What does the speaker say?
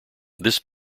this